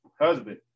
Husband